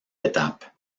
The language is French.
étapes